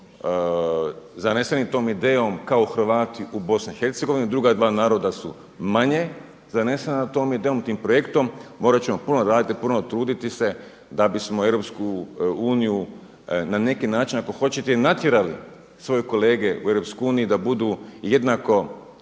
zaneseni tom idejom kao Hrvati u BiH, druga dva naroda su manje zanesena tom idejom, tim projektom, morat ćemo puno raditi, puno truditi se da bismo EU na neki način ako hoćete i natjerali svoje kolege u EU da budu jednako